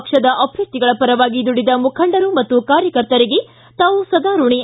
ಪಕ್ಷದ ಅಭ್ಯರ್ಥಿಗಳ ಪರವಾಗಿ ದುಡಿದ ಮುಖಂಡರು ಮತ್ತು ಕಾರ್ಯಕರ್ತರಿಗೆ ತಾವು ಸದಾ ಋಣಿ